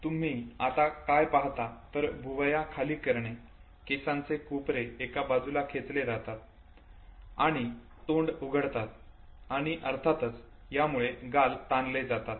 तुम्ही काय पाहता तर भुवया खाली करणे ओठांचे कोपरे जे एका बाजूला खेचले जातात आणि तोंड उघडतात आणि अर्थातच यामुळे गाल ताणले जातात